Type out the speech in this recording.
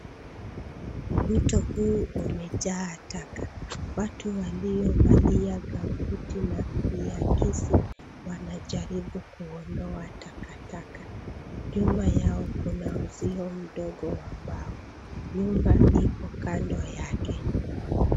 Mto huu umejaa taka . Watu waliovalia gambuti na viakisi wanajaribu kuondoa taka taka. Nyuma yao kuna uzio mdogo wa mbao. Nyumba iko kando yake.